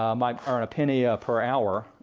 um might earn a penny ah per hour.